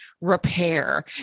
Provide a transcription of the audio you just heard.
repair